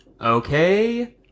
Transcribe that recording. Okay